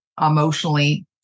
emotionally